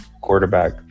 quarterback